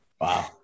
Wow